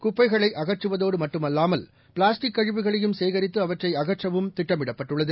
குப்பைகளைஅகற்றுவதோடுமட்டுமல்லாமல் plastic கழிவுகளையும் சேகரித்துஅவற்றைஅகற்றவும் திட்டமிடப்பட்டுள்ளது